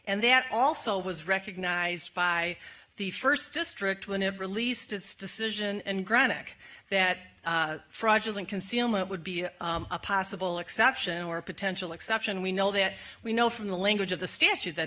and that also was recognized by the first district when it released its decision and granik that fraudulent concealment would be a possible exception or potential exception we know that we know from the language of the statute that